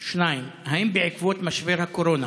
2. האם בעקבות משבר הקורונה